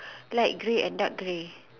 light grey and dark grey